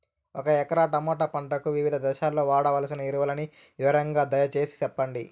ఒక ఎకరా టమోటా పంటకు వివిధ దశల్లో వాడవలసిన ఎరువులని వివరంగా దయ సేసి చెప్పండి?